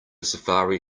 safari